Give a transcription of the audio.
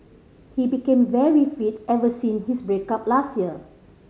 he became very fit ever since his break up last year